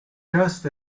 just